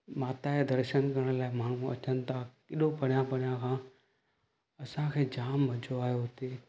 माता जा दर्शन करण लाइ माण्हू अचनि था एॾो परियां परियां खां असांखे जाम मज़ो आहियो हुते